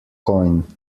coin